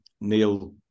Neil